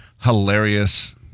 hilarious